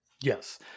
Yes